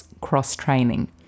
cross-training